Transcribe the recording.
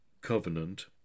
covenant